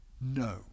No